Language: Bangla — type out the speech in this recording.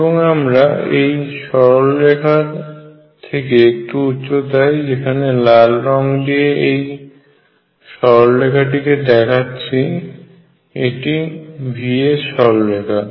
এবং আমরা এই সরলরেখা থেকে একটু উচ্চতায় এখানে লাল রং দিয়ে যেই সরলরেখাটিকে দেখাচ্ছি এটি V এর সরলরেখা